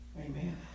Amen